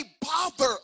bother